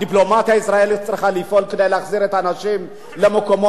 הדיפלומטיה הישראלית צריכה לפעול כדי להחזיר את האנשים למקומות,